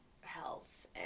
health